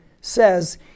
says